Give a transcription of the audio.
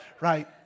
right